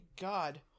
god